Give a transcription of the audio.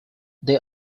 they